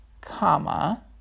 comma